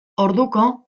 orduko